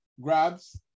grabs